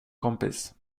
kompis